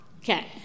Okay